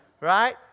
right